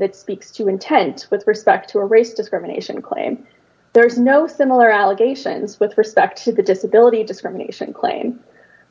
that speaks to intent with respect to race discrimination claim there is no similar allegations with respect to the disability discrimination claim